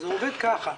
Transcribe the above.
זה עובד כך: